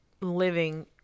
living